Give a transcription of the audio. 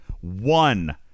One